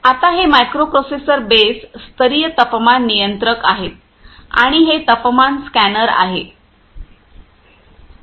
आता हे microprocessor base स्तरीय तापमान नियंत्रक आहेत आणि हे तापमान स्कॅनर आहे